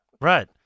right